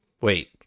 wait